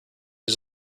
his